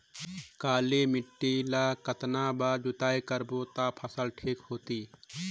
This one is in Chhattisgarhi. काली माटी ला कतना बार जुताई करबो ता फसल ठीक होती?